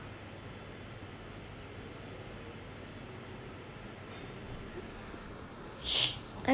I'm